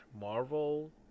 Marvel